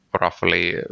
roughly